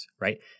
right